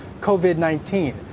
COVID-19